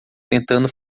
tentando